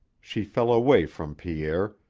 she fell away from pierre,